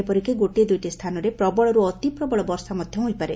ଏପରିକି ଗୋଟିଏ ଦୁଇଟି ସ୍ଥାନରେ ପ୍ରବଳରୁ ଅତିପ୍ରବଳ ବର୍ଷା ମଧ୍ଧ ହୋଇପାରେ